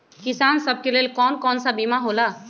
किसान सब के लेल कौन कौन सा बीमा होला?